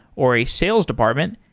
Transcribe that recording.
or a sales department,